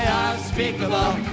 unspeakable